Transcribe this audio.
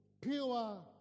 pure